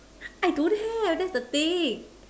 I don't have that's the thing